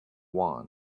wand